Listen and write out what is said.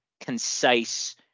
concise